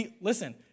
Listen